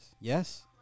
yes